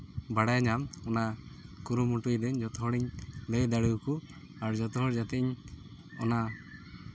ᱵᱟᱲᱟᱭ ᱧᱟᱢ ᱚᱱᱟ ᱠᱩᱨᱩᱢᱩᱴᱩᱭᱮᱫᱟᱹᱧ ᱡᱚᱛᱚ ᱦᱚᱲᱤᱧ ᱞᱟᱹᱭ ᱫᱟᱲᱮ ᱟᱠᱚ ᱟᱨ ᱡᱚᱛᱚ ᱦᱚᱲ ᱡᱟᱛᱮᱧ ᱚᱱᱟ